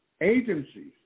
agencies